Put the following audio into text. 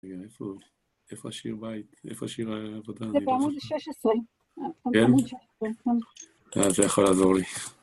רגע, איפה, איפה השיר בית, איפה השיר עבודה? זה בעמוד 16. כן? זה בעמוד 16. אז זה יכול לעזור לי.